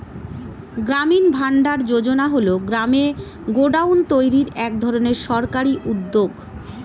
গ্রামীণ ভান্ডার যোজনা হল গ্রামে গোডাউন তৈরির এক ধরনের সরকারি উদ্যোগ